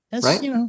right